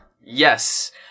Yes